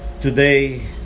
today